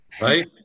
Right